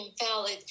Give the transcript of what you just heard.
invalid